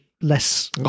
less